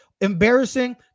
Embarrassing